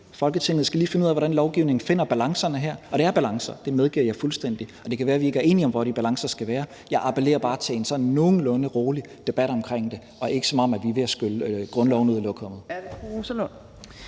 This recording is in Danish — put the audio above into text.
Folketinget skal lige finde ud af, hvordan lovgivningen finder balancerne her? Og det er balancer – det medgiver jeg fuldstændig – og det kan være, at vi ikke er enige om, hvor de balancer skal være. Jeg appellerer bare til en sådan nogenlunde rolig debat omkring det, og at det ikke er, som om vi er ved at skylle grundloven ud i lokummet.